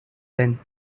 length